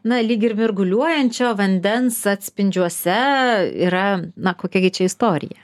na lyg ir mirguliuojančio vandens atspindžiuose yra na kokia gi čia istorija